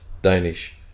Danish